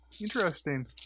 Interesting